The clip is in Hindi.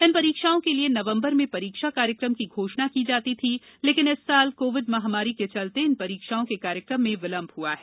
इन परीक्षाओं के लिए नवम्बर में परीक्षा कार्यक्रम की घोषणा की जाती थी लेकिन इस वर्ष कोविड महामारी के चलते इन परीक्षाओं के कार्यक्रम में विलंब हुआ है